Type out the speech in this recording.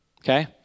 okay